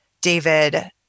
David